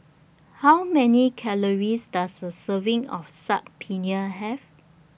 How Many Calories Does A Serving of Saag Paneer Have